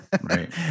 Right